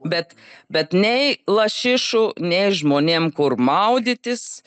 bet bet nei lašišų nei žmonėm kur maudytis